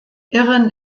irren